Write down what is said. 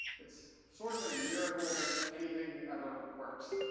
it's sort of a miracle that anything ever works.